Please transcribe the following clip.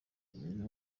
nyina